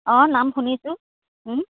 অঁ নাম শুনিছোঁ